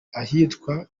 ahitwa